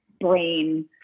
brain